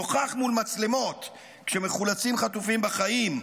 נוכח מול מצלמות כשמחולצים חטופים בחיים,